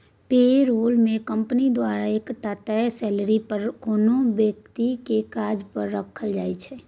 पे role मे company द्वारा एकटा तय सेलरी पर कोनो बेकती केँ काज पर राखल जाइ छै